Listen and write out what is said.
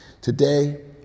Today